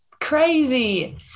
Crazy